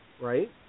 Right